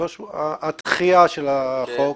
הדחייה של החוק.